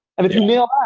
and if you know